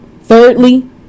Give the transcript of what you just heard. Thirdly